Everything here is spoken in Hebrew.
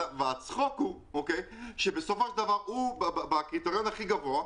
הצחוק הוא שבסופו של דבר הוא בקריטריון הכי גבוה,